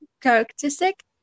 characteristic